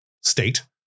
state